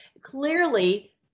clearly